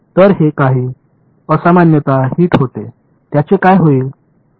तर जे काही असामान्यत हिट होते त्याचे काय होईल